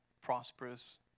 prosperous